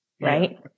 right